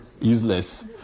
useless